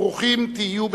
וברוכים תהיו בצאתכם.